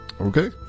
Okay